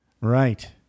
Right